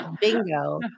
Bingo